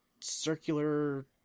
circular